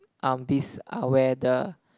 um this are where the